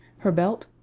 her belt,